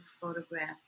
photograph